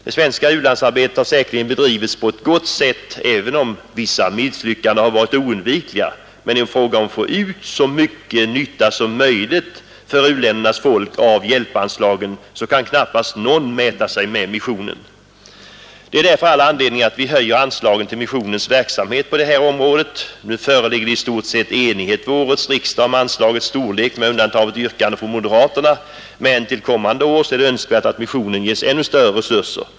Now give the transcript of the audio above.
Det svenska u-landsarbetet har säkerligen bedrivits på ett gott sätt, även om vissa misslyckanden har varit oundvikliga. Men i fråga om att få ut så mycket nytta som möjligt av hjälpanslagen för u-ländernas folk kan knappast någon mäta sig med missionen. Det är därför all anledning att vi höjer anslagen till missionens verksamhet på detta område. Nu föreligger det i stort sett enighet vid årets riksdag om anslagets storlek, med undantag för ett yrkande från moderaterna, men till kommande år är det önskvärt att missionen ges ännu större resurser.